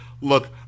look